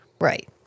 Right